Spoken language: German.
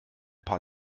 paar